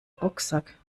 rucksack